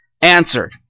answered